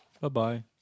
Bye-bye